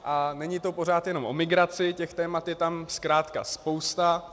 A není to pořád jenom o migraci, těch témat je tam zkrátka spousta.